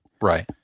right